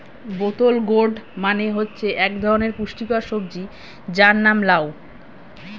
বোতল গোর্ড মানে হচ্ছে এক ধরনের পুষ্টিকর সবজি যার নাম লাউ